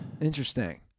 Interesting